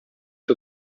que